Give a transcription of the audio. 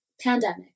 pandemic